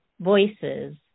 voices